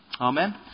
Amen